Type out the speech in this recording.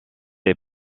est